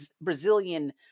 Brazilian